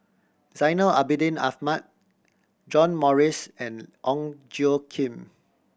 Zainal Abidin Ahmad John Morrice and Ong Tjoe Kim